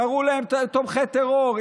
קראו להם תומכי טרור,